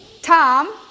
Tom